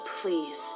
please